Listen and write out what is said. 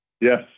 Yes